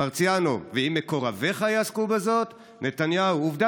מרציאנו: "ואם מקורביך יעסקו בזאת?" נתניהו: "עובדה